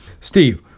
Steve